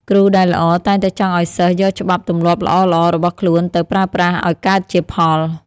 គ្រូដែលល្អ តែងតែចង់ឱ្យសិស្សយកច្បាប់ទម្លាប់ល្អៗរបស់ខ្លួនទៅប្រើប្រាស់ឱ្យកើតជាផល។